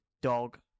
dog